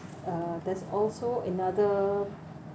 uh there's also another